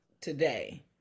today